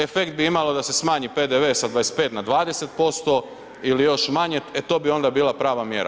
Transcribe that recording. Efekt bi imalo da se smanji PDV sa 25 na 20% ili još manje, to bi onda bila prava mjera.